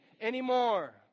anymore